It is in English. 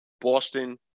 Boston